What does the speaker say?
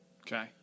Okay